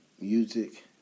music